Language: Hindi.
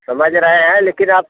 समझ रहें हैं लेकिन आप